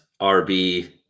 RB